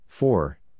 Four